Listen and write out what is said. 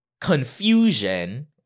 confusion